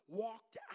walked